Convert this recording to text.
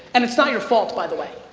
and it's not your fault by the way.